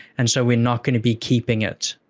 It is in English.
and so, we're not going to be keeping it.